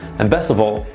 and best of all,